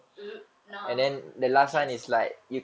nah can